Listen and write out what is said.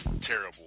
terrible